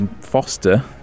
foster